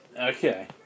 Okay